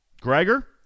Gregor